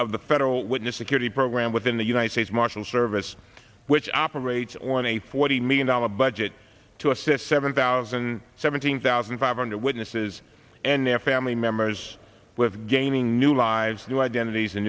of the federal witness security program within the united states marshal service which operates on a forty million dollar budget to assist seven thousand seventeen thousand five hundred witnesses and their family members with gaining new lives due identities a